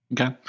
Okay